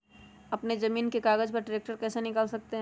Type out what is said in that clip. अपने जमीन के कागज पर ट्रैक्टर कैसे निकाल सकते है?